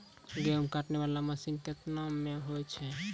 गेहूँ काटै वाला मसीन केतना मे होय छै?